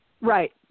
Right